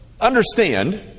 understand